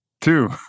two